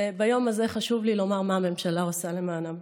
ביום הזה חשוב לי לומר מה הממשלה עושה למענם.